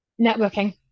Networking